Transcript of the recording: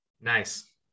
Nice